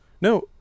no